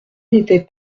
n’étaient